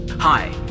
Hi